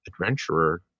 adventurer